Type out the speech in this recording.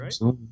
right